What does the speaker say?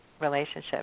relationship